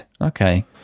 Okay